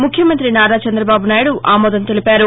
ముఖ్యమంి నారా చందబాబు నాయుడు ఆమోదం తెలిపారు